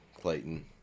Clayton